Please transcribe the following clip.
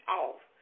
off